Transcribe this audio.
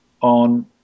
on